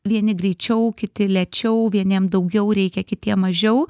vieni greičiau kiti lėčiau vieniem daugiau reikia kitiem mažiau